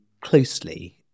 closely